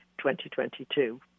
2022